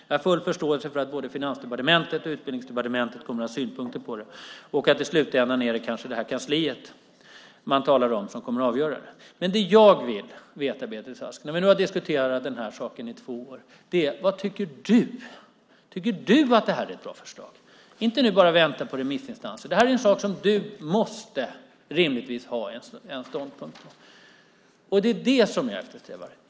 Jag har full förståelse för att både Finansdepartementet och Utbildningsdepartementet kommer att ha synpunkter och att i slutändan kommer det kansli man talar om att avgöra. Den här saken har nu diskuterats i två år, och jag vill veta vad Beatrice Ask tycker. Tycker du att det är ett bra förslag? Säg inte att ni väntar på remissinstanserna! Det här är en sak där du rimligtvis måste ha en ståndpunkt. Det är vad jag eftersträvar.